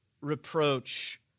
reproach